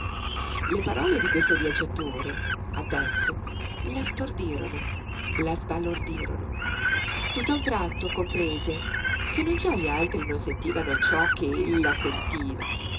le parole di questo viaggiatore adesso la stordirono la sbalordirono tutt'a un tratto comprese che non già gli altri non sentivano ciò che ella sentiva